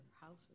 houses